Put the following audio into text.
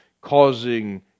causing